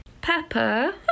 Pepper